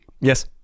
Yes